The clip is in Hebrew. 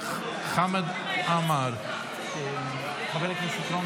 חמד עמאר, חבר הכנסת רון